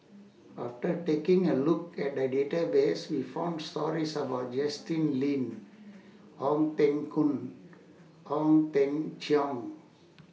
after taking A Look At The Database We found stories about Justin Lean Ong Teng Koon Ong Teng Cheong